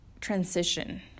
transition